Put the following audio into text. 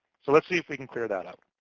so let's see if we can clear that up.